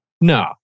no